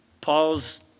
Paul's